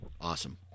Awesome